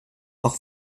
auch